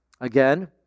Again